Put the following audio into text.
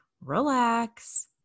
relax